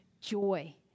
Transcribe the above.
joy